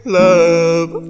love